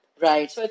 Right